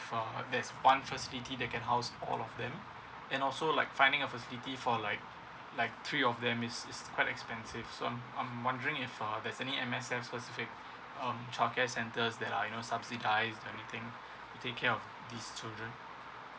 uh there's one facility they can house all of them and also like finding a facility for like like three of them it's it's quite expensive so I'm I'm wondering if uh does any M_S_F specific um childcare centers that are you know subsidize or anything take care of these children